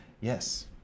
Yes